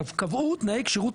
קבעו תנאי כשירות,